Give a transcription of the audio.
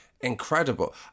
incredible